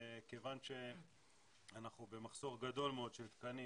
כיוון שאנחנו במחסור גדול מאוד של תקנים